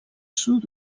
sud